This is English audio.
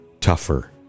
tougher